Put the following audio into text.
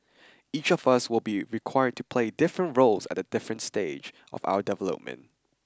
each of us will be required to play different roles at a different stage of our development